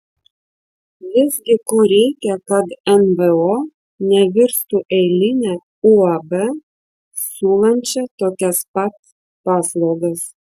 visgi ko reikia kad nvo nevirstų eiline uab siūlančia tokias pat paslaugas